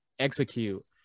Execute